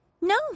No